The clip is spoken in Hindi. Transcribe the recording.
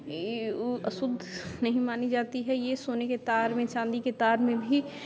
अशुद्ध नहीं मानी जाती है यह सोने के तार में चाँदी के तार में भी